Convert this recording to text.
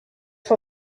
for